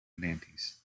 nantes